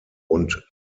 und